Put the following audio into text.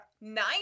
nine